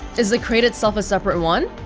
is the crate itself a separate one?